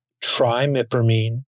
trimipramine